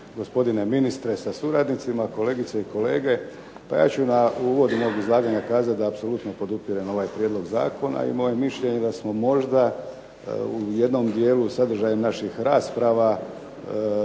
gospodine ministre sa suradnicima, kolegice i kolege. Ja ću na uvodu mog izlaganja kazati da apsolutno podupirem ovaj prijedlog zakona. I moje je mišljenje da smo možda u jednom dijelu sadržaja naših rasprava